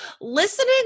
listening